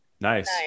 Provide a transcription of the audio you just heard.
Nice